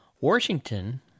Washington